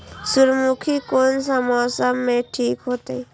सूर्यमुखी कोन मौसम में ठीक होते?